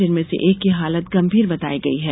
जिनमें से एक की हालत गंभीर बताई गयी है